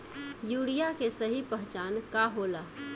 Urea के सही पहचान का होला?